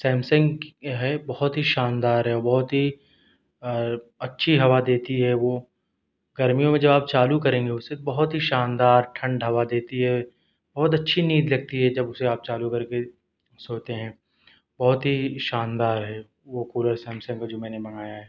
Samsung کی ہے بہت ہی شاندار ہے بہت ہی اچھّی ہوا دیتی ہے وہ گرمیوں میں جب آپ چالو کریں گے اسے بہت ہی شاندار ٹھنڈ ہوا دیتی ہے بہت اچّھی نیند لگتی ہے جب اسے آپ چالو کر کے سوتے ہیں بہت ہی شاندار ہے وہ کولر سیمسنگ کا جو میں نے منگایا ہے